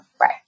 Right